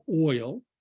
oil